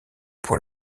pour